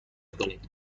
کنید